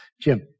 Jim